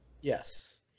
Yes